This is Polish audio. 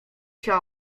się